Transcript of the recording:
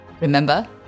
Remember